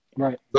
Right